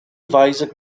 weise